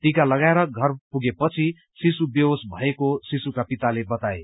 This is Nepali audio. टीका लगाएर घर पुगेपछि शिशु बेहोश भएको शिशुका पिताले बताए